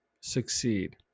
succeed